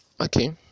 Okay